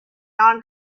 not